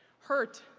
hurt,